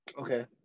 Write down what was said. Okay